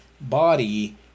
body